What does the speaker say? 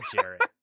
Jarrett